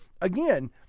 again